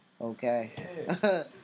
Okay